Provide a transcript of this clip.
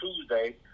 Tuesday